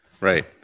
right